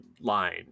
line